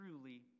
truly